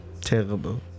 terrible